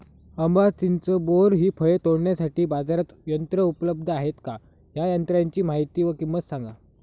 आंबा, चिंच, बोर हि फळे तोडण्यासाठी बाजारात यंत्र उपलब्ध आहेत का? या यंत्रांची माहिती व किंमत सांगा?